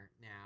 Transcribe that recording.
now